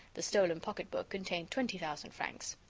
the stolen pocket-book contained twenty thousand francs.